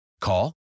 Call